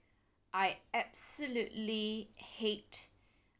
I absolutely hate